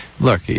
look